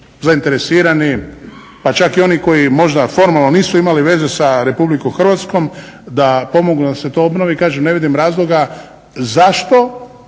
zainteresirani pa čak i oni koji možda formalno nisu imali veze sa Republikom Hrvatskom da pomognu da se to obnovi. Kažem, ne vidim razloga zašto